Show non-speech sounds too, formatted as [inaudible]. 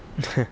[laughs]